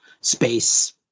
space